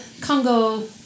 Congo